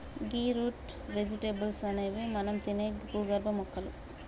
గీ root vegetables అనేవి మనం తినే భూగర్భ మొక్కలు